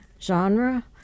genre